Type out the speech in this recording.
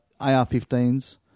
AR-15s